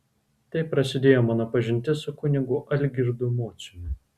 taip prasidėjo mano pažintis su kunigu algirdu mociumi